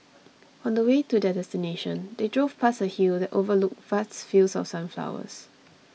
on the way to their destination they drove past a hill that overlooked vast fields of sunflowers